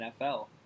NFL